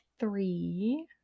three